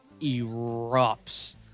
erupts